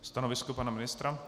Stanovisko pana ministra?